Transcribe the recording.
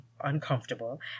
uncomfortable